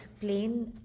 plain